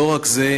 לא רק זה,